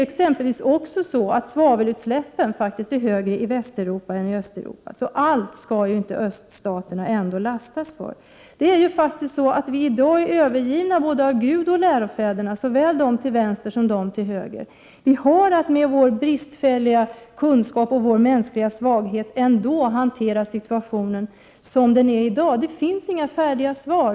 Exempelvis är svavelutsläppen faktiskt högre i Västeuropa än i Östeuropa. Så allt skall inte öststaterna beskyllas för. I dag är vi övergivna av både Gud och lärofäderna, såväl av dem till vänster som av dem till höger. Vi har ändå att med våra bristfälliga kunskaper och med våra mänskliga svagheter hantera situationen som den är i dag. Det finns inga färdiga svar.